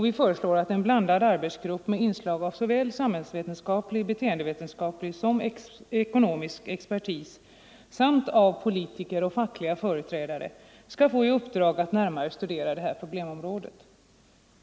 Vi föreslår att en blandad arbetsgrupp med inslag av såväl samhällsvetenskaplig och beteendevetenskaplig som ekonomisk expertis samt av politiker och fackliga företrädare skall få i uppdrag att närmare studera det här problemområdet.